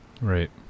Right